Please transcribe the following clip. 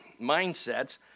mindsets